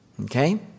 Okay